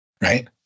right